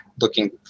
looking